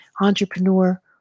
entrepreneur